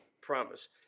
Promise